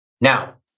Now